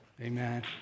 Amen